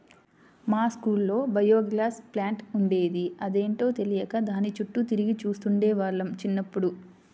మా స్కూల్లో biogas plant ఉండేది, అదేంటో తెలియక దాని చుట్టూ తిరిగి చూస్తుండే వాళ్ళం చిన్నప్పుడు